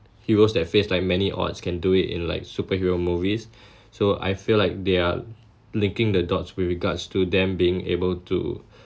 heroes that face like many odds can do it in like superhero movies so I feel like they're linking the dots with regards to them being able to